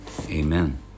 Amen